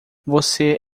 você